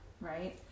right